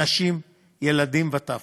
נשים וטף,